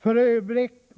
för.